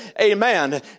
Amen